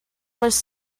was